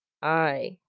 aye!